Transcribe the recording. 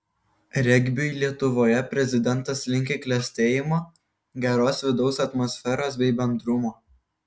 regbiui lietuvoje prezidentas linki klestėjimo geros vidaus atmosferos bei bendrumo